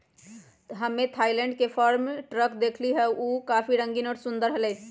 हम्मे थायलैंड के farm truck देखली हल, ऊ काफी रंगीन और सुंदर हलय